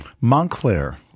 Montclair